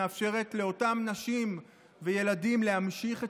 מאפשרת לאותם נשים וילדים להמשיך את